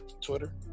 Twitter